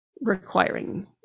requiring